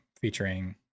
featuring